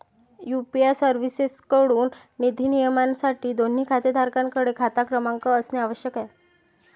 UPI सर्व्हिसेसएकडून निधी नियमनासाठी, दोन्ही खातेधारकांकडे खाता क्रमांक असणे आवश्यक आहे